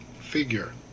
figure